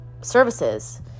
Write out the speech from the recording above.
services